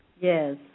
Yes